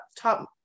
top